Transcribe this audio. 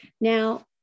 Now